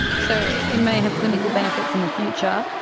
so it may have clinical benefits in the future,